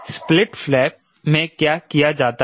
split flap में क्या किया जाता है